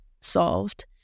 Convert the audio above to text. solved